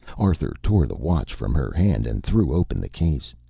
arthur tore the watch from her hand and threw open the case.